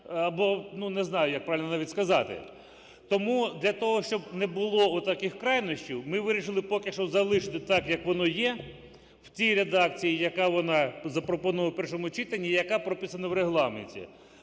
або, ну, не знаю, як правильно навіть сказати. Тому для того, щоб не було отаких крайнощів, ми вирішили поки що залишити так, як воно є, в тій редакції, яка вона запропонована в першому читанні і яка прописана в Регламенті.